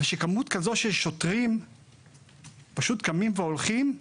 אבל כשכמות כזאת של שוטרים פשוט קמים והולכים?